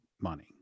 money